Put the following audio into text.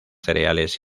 cereales